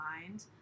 mind